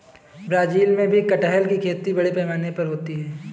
Brazil में भी कटहल की खेती बड़े पैमाने पर होती है